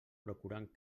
procurant